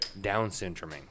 down-syndroming